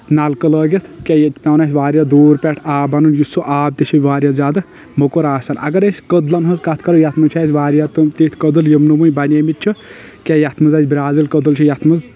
نلکہٕ لٲگِتھ کینٛہہ یتہِ چھُ پیٚوان اسۍ واریاہ دوٗر پٮ۪ٹھ آب انُن یُس سُہ آب تہِ چھُ واریاہ زیادٕ موٚکُر آسان اگر أسۍ کدلن ہنٛز کتھ کرو یتھ منٛز چھِ اسہِ واریاہ تِم تِیتھۍ کٔدل یِم نہٕ وُنہِ بنیمٕتۍ چھِ کینٛہہ یتھ منٛز اسہِ برازل کٔدل چھُ یتھ منٛز